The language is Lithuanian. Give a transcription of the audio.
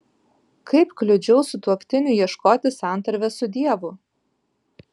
kaip kliudžiau sutuoktiniui ieškoti santarvės su dievu